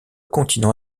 continent